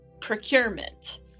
procurement